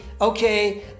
Okay